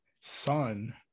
son